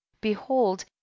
behold